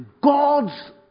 God's